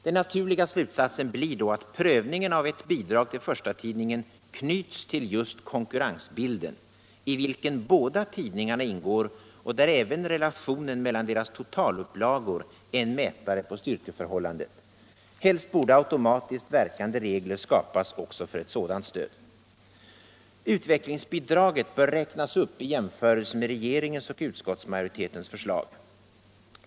Den naturliga slutsatsen blir då att prövningen av-ett bidrag till förstatidningen knyts till just konkurrensbilden — i vilken båda tidningarna ingår och där även relationen mellan deras totalupplagor är en mätare på styrkeförhållandet. Helst borde automatiskt verkande regler skapas också för ett sådant stöd. Utvecklingsbidraget bör räknas upp i jämförelse med regeringens och utskottsmajoritetens förslag.